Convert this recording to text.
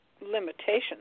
limitations